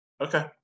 Okay